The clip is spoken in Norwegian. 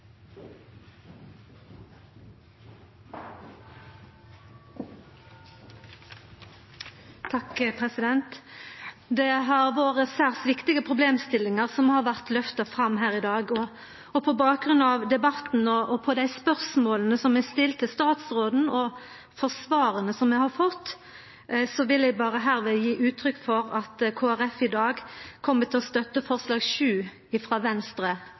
Det har vore særs viktige problemstillingar som har vore løfta fram her i dag, og på bakgrunn av debatten og dei spørsmåla som eg stilte statsråden, og svara som eg har fått, vil eg berre hermed gje uttrykk for at Kristeleg Folkeparti i dag kjem til å støtta forslag nr. 7, frå Venstre